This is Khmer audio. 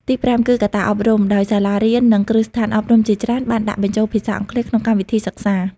ទីប្រាំគឺកត្តាអប់រំ ដោយសាលារៀននិងគ្រឹះស្ថានអប់រំជាច្រើនបានដាក់បញ្ចូលភាសាអង់គ្លេសក្នុងកម្មវិធីសិក្សា។